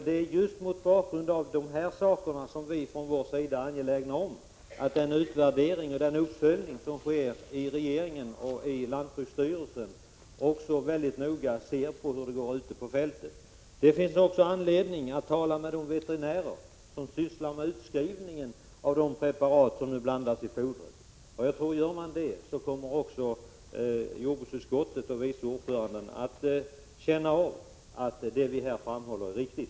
Det är just mot den bakgrunden som vi från vår sida är angelägna om att man i den utvärdering och den uppföljning som sker i regeringen och i lantbruksstyrelsen också mycket noga ser på hur det är ute på fältet. Det finns också anledning att tala med de veterinärer som sysslar med utskrivningen av de preparat som nu blandas i fodret. Jag tror att om man gör det, kommer också jordbruksutskottet och dess vice ordförande att inse att vad vi här framhåller är riktigt.